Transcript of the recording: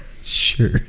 Sure